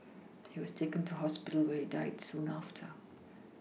he was taken to hospital where he died soon after